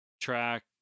track